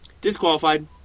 Disqualified